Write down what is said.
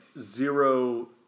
zero